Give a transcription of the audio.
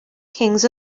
kings